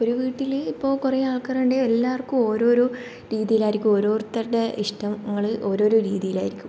ഒരു വീട്ടിൽ ഇപ്പോൾ കുറേ ആൾക്കാരുണ്ടെങ്കിൽ എല്ലാവർക്കും ഓരോരോ രീതിയിലായിരിക്കും ഓരോരുത്തരുടെ ഇഷ്ടങ്ങൾ ഓരോരോ രീതിയിലായിരിക്കും